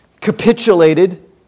capitulated